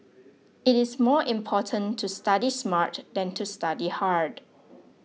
it is more important to study smart than to study hard